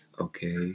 Okay